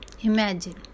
Imagine